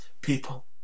people